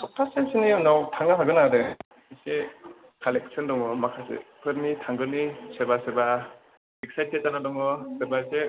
सबथासेसोनि उनाव थांनो हागोन आरो इसे कालेक्सन दङ माखासेफोरनि थांगोननि सोरबा सोरबा एक्सायटेट जानानै दं सोरबा इसे